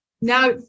now